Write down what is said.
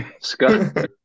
Scott